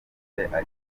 agezwa